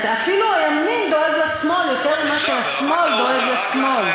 אפילו הימין דואג לשמאל יותר ממה שהשמאל דואג לשמאל.